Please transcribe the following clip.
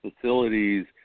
facilities